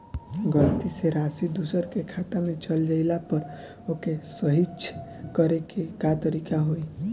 गलती से राशि दूसर के खाता में चल जइला पर ओके सहीक्ष करे के का तरीका होई?